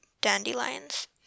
dandelions